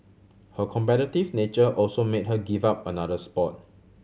her competitive nature also made her give up another sport